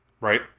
Right